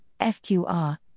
FQR